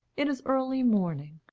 it is early morning.